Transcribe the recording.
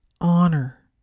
honor